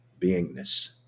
beingness